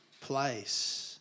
place